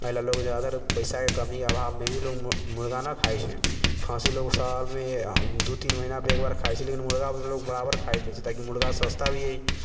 अइ लऽ लोग जादातर पैसाके कमी अभावमे भी लोग मु मुर्गा नहि खाइ छै खस्सी लोग सालमे एक दू तीन महीनापर एकबार खाइ छै लेकिन मुर्गा अभी तऽ लोग बराबर खाइत रहै छै तैं कि मुर्गा सस्ता भी हय